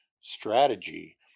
strategy